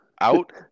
out